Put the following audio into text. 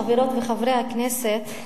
חברות וחברי הכנסת,